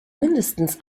mindestens